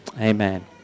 Amen